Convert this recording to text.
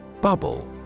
Bubble